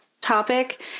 topic